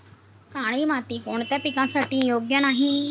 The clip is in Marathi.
काळी माती कोणत्या पिकासाठी योग्य नाही?